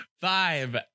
Five